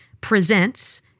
presents